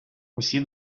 усі